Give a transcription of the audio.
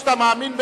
אתה מאמין.